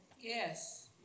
Yes